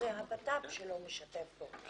לא פעם ראשונה שהמשרד לביטחון פנים לא משתף פעולה.